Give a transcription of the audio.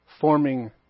forming